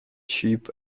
cheap